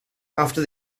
after